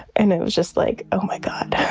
and it was just like, oh, my god,